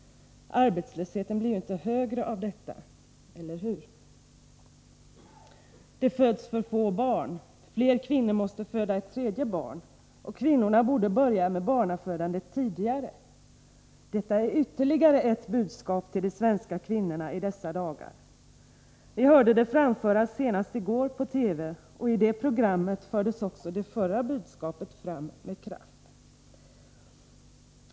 Arbetslösheten blir ju inte högre av detta — eller hur? ”Det föds för få barn. Fler kvinnor måste föda ett tredje barn. Och kvinnorna borde börja med barnafödandet tidigare.” Detta är ytterligare ett budskap till de svenska kvinnorna i dessa dagar. Vi hörde det framföras senast i går på TV, och i det programmet fördes också det förra budskapet fram med kraft.